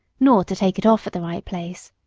nor to take it off at the right place.